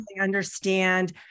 understand